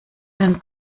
den